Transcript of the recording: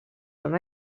són